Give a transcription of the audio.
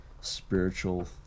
spiritual